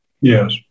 Yes